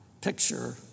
picture